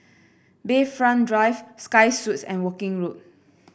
Bayfront Drive Sky Suites and Woking Road